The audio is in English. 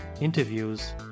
interviews